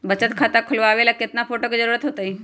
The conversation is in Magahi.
बचत खाता खोलबाबे ला केतना फोटो के जरूरत होतई?